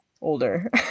older